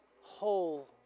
whole